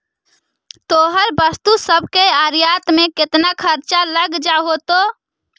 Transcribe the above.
तोहर वस्तु सब के आयात में केतना खर्चा लग जा होतो?